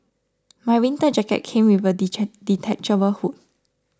my winter jacket came with a detachable hood